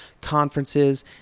conferences